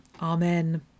Amen